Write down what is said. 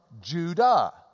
Judah